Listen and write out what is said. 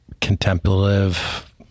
contemplative